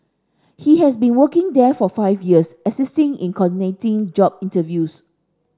he has been working there for five years assisting in coordinating job interviews